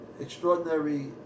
extraordinary